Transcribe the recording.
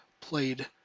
played